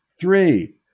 Three